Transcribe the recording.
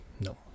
No